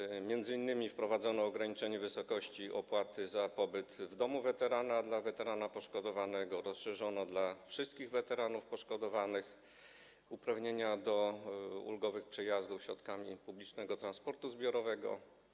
Wprowadzono m.in. ograniczenie wysokości opłaty za pobyt w domu weterana dla weterana poszkodowanego, rozszerzono na wszystkich weteranów poszkodowanych uprawnienia do ulgowych przejazdów środkami publicznego transportu zbiorowego.